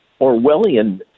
Orwellian